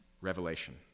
Revelation